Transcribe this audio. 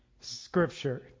Scripture